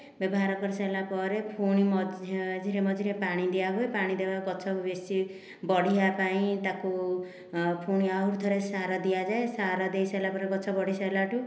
ବ୍ୟବହାର କରି ସରିଲା ପରେ ପୁଣି ମଝିରେ ମଝିରେ ପାଣି ଦିଆହୁଏ ପାଣି ଦେବା ଗଛକୁ ବେଶୀ ବଢ଼ିବା ପାଇଁ ତାକୁ ପୁଣି ଆଉ ଥରେ ସାର ଦିଆଯାଏ ସାର ଦେଇସାରିଲା ପରେ ଗଛ ବଢ଼ି ସାରିଲାଠୁ